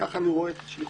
כך אני רואה את שליחותי,